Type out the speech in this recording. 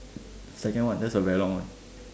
second what that's a very long one